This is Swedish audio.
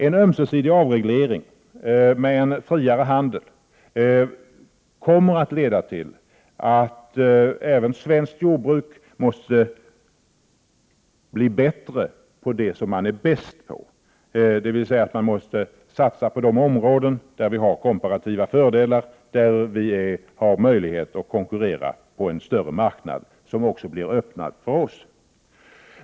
En ömsesidig avreglering med en friare handel kommer att leda till att även svenskt jordbruk måste bli bättre när det gäller det som man är bäst på, dvs. att det blir nödvändigt att satsa på de områden där vi har komparativa fördelar, där vi har möjlighet att konkurrera på en större marknad, som då också blir öppen för oss.